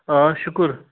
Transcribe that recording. آ شُکر